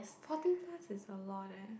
forty plus is a lot eh